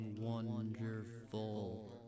wonderful